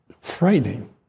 frightening